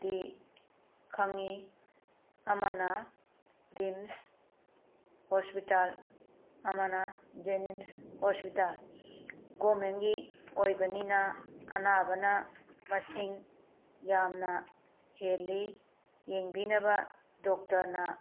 ꯗꯤ ꯈꯪꯉꯤ ꯑꯃꯅ ꯔꯤꯝꯁ ꯍꯣꯁꯄꯤꯇꯥꯜ ꯑꯃꯅ ꯖꯦꯅꯤꯝꯁ ꯍꯣꯁꯄꯤꯇꯥꯜ ꯒꯣꯔꯃꯦꯟꯒꯤ ꯑꯣꯏꯕꯅꯤꯅ ꯑꯅꯥꯕꯅ ꯃꯁꯤꯡ ꯌꯥꯝꯅ ꯍꯦꯜꯂꯤ ꯌꯦꯡꯕꯤꯅꯕ ꯗꯣꯛꯇꯔꯅ